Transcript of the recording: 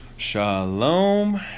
Shalom